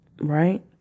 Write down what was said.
Right